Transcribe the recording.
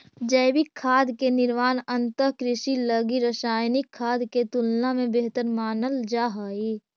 जैविक खाद के निर्माण उन्नत कृषि लगी रासायनिक खाद के तुलना में बेहतर मानल जा हइ